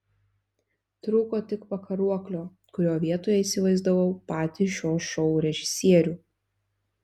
trūko tik pakaruoklio kurio vietoje įsivaizdavau patį šio šou režisierių